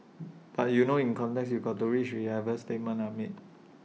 but you know in context you got to read whichever statements are made